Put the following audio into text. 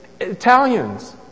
Italians